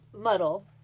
Muddle